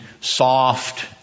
soft